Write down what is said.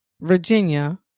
Virginia